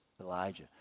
Elijah